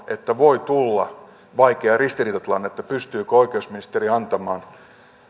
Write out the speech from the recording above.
että voi tulla vaikea ristiriitatilanne että pystyykö oikeusministeri antamaan